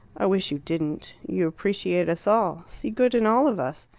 i wish you didn't. you appreciate us all see good in all of us.